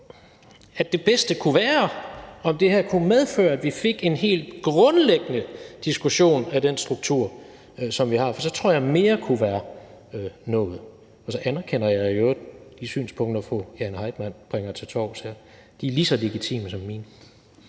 at det bedste kunne være, om det her kunne medføre, at vi fik en helt grundlæggende diskussion af den struktur, som vi har, for det tror jeg mere kunne være noget. Og så anerkender jeg i øvrigt de synspunkter, fru Jane Heitmann bringer til torvs her. De er lige så legitime som mine.